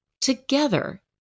Together